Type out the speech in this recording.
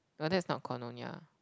err that's not called Nyonya